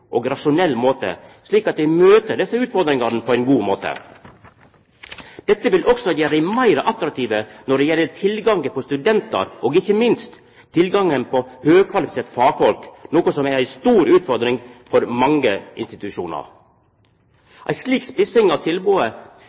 og rasjonell måte, slik at dei møter desse utfordringane på ein god måte. Dette vil også gjera dei meir attraktive når det gjeld tilgangen på studentar og ikkje minst tilgangen på høgkvalifiserte fagfolk, noko som er ei stor utfordring for mange institusjonar. Ei slik spissing av